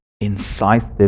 incisive